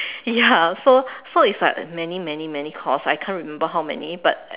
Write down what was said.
ya so so it's like many many many many course I can't remember how many but